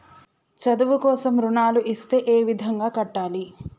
చదువు కోసం రుణాలు ఇస్తే ఏ విధంగా కట్టాలి?